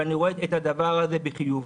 אבל אני רואה את הדבר הזה בחיוב.